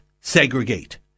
segregate